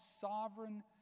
sovereign